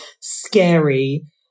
scary